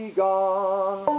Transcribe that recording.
gone